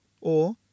Or